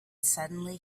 suddenly